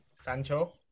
Sancho